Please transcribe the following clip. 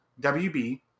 WB